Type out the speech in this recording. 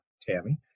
Tammy